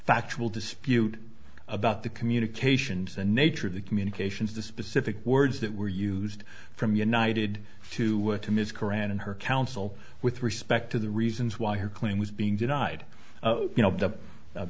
factual dispute about the communications the nature of the communications the specific words that were used from united two to ms qur'an and her counsel with respect to the reasons why her claim was being denied you know